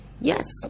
Yes